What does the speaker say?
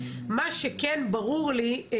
מה שכן ברור לי,